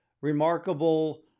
remarkable